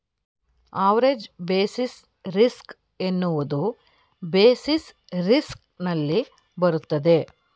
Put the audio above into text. average basis risk ಎನ್ನುವುದು basis risk ನಲ್ಲಿ ಬರುತ್ತದೆ